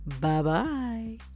bye-bye